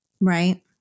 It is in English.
Right